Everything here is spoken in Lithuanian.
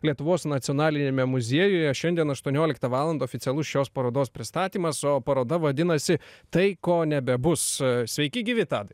lietuvos nacionaliniame muziejuje šiandien aštuonioliktą valandą oficialus šios parodos pristatymas o paroda vadinasi tai ko nebebus sveiki gyvi tadai